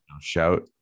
Shout